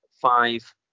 five